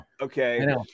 Okay